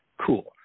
cool